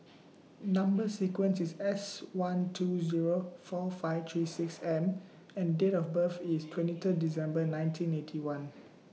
Number sequence IS S one two Zero four five three six M and Date of birth IS twenty Third December nineteen Eighty One